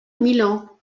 milan